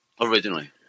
originally